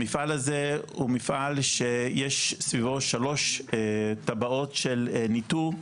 המפעל הזה הוא מפעל שיש סביבו שלוש טבעות של ניטור,